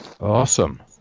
Awesome